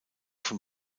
von